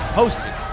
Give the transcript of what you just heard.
hosted